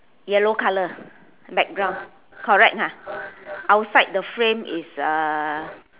yellow colour background correct ah outside the frame is uh